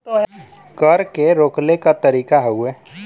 कर के रोकले क तरीका हउवे